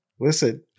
Listen